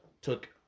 took